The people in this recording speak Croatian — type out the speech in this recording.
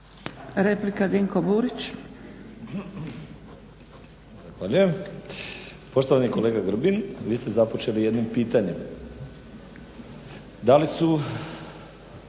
Replika Dinko Burić.